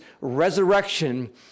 resurrection